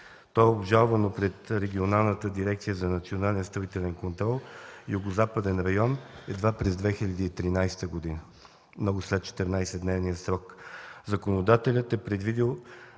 То е обжалвано пред Регионалната дирекция за национален строителен контрол – Югозападен район, едва през 2013 г., много след 14-дневния срок. Законодателят е предвидил